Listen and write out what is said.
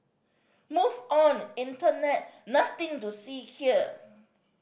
move on internet nothing to see here